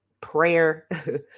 prayer